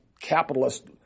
capitalist